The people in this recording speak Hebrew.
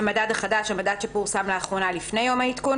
"המדד החדש" המדד שפורסם לאחרונה לפני יום העדכון,